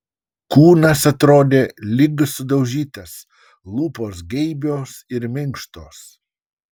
kūnas atrodė lyg sudaužytas lūpos geibios ir minkštos